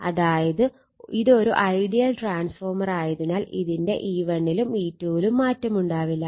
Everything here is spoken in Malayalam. അതായത് ഇതൊരു ഐഡിയൽ ട്രാൻസ്ഫോർമർ ആയതിനാൽ ഇതിന്റെ E1 ലും E2 ലും മാറ്റമുണ്ടാവില്ല